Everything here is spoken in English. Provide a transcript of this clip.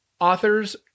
authors